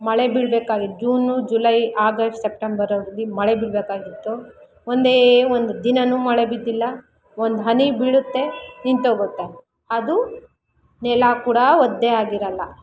ಮಳೆ ಬೀಳಬೇಕಾಗಿದ್ದ June July August ಸೆಪ್ಟೆಂಬರಲ್ಲಿ ಮಳೆ ಬೀಳಬೇಕಾಗಿತ್ತು ಒಂದೇ ಒಂದು ದಿನನೂ ಮಳೆ ಬಿದ್ದಿಲ್ಲ ಒಂದು ಹನಿ ಬೀಳುತ್ತೆ ನಿಂತೋಗುತ್ತೆ ಅದು ನೆಲ ಕೂಡ ಒದ್ದೆಯಾಗಿರಲ್ಲ